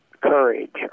courage